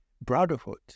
Brotherhood